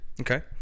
Okay